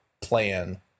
plan